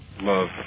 love